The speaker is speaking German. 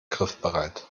griffbereit